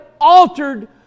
altered